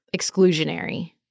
exclusionary